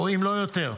אם לא יותר.